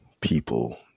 people